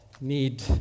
need